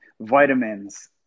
vitamins